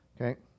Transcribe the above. Okay